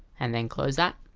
and then close that.